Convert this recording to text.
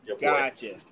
Gotcha